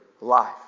life